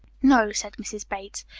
no, said mrs. bates.